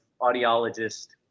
audiologist